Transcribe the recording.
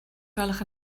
gwelwch